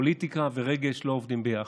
פוליטיקה ורגש לא עובדים ביחד,